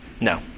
No